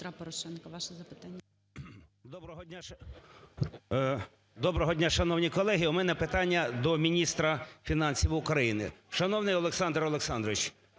Доброго дня, шановні колеги! В мене питання до міністра фінансів України. Шановний Олександр Олександрович,